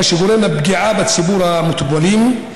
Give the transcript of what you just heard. מה שגורם לפגיעה בציבור המטופלים,